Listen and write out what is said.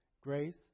grace